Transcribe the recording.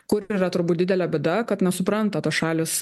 kur yra turbūt didelė bėda kad nesupranta tos šalys